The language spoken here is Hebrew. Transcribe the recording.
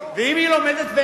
ואם היא לומדת,